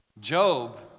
Job